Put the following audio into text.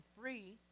free